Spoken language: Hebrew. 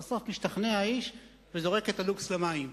בסוף משתכנע האיש וזורק את הלוקס למים.